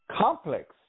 complex